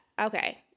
Okay